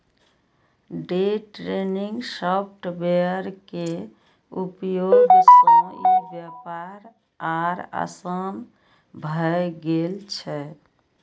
day trading software के उपयोग सं ई व्यापार आर आसान भए गेल छै